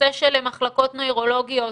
הנושא של חולים נוירולוגים,